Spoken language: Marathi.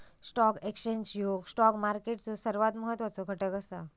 स्टॉक एक्सचेंज ह्यो स्टॉक मार्केटचो सर्वात महत्वाचो घटक असा